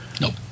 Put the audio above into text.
Nope